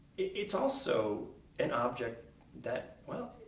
it's also an object that well,